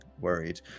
worried